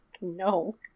no